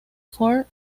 ford